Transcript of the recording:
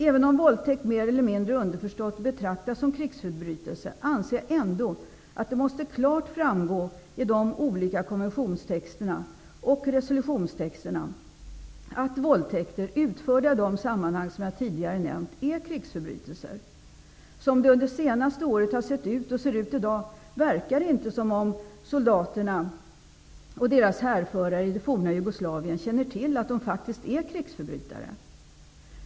Även om våldtäkt mer eller mindre underförstått betraktas som en krigsförbrytelse anser jag att det klart måste framgå i de olika konventionstexterna och resolutionstexterna att våldtäkter utförda i de sammanhang som jag tidigare nämnt är krigsförbrytelser. Som det sett ut under det senaste året och som det ser ut i dag verkar det inte som om soldaterna och deras härförare i det forna Jugoslavien känner till att de faktiskt är krigsförbrytare.